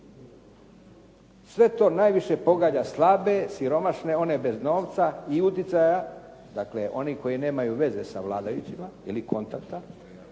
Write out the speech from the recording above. Sve to najviše pogađa slabe, siromašne, one bez novca i utjecaja, dakle oni koji nemaju veze sa vladajućima ili kontakta,